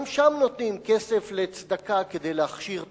גם שם נותנים כסף לצדקה כדי להכשיר טרור.